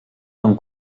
són